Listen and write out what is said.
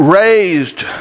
raised